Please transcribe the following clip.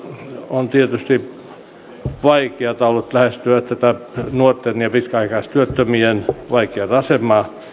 on tietysti vaikeata ollut lähestyä nuorten ja pitkäaikaistyöttömien vaikeata asemaa